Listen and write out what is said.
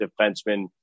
defenseman